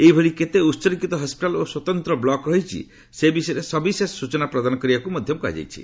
ଏହିଭଳି କେତେ ଉତ୍ସର୍ଗୀକୃତ ହସ୍କିଟାଲ୍ ଓ ସ୍ୱତନ୍ତ୍ର ବ୍ଲକ୍ ରହିଛି ସେ ବିଷୟରେ ସବିଶେଷ ସୂଚନା ପ୍ରଦାନ କରିବାକୁ ମଧ୍ୟ କୁହାଯାଇଛି